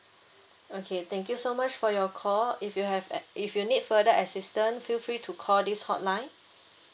okay thank you so much for your call if you have at if you need further assistant feel free to call this hotline